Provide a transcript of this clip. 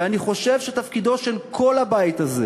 ואני חושב שתפקידו של כל הבית הזה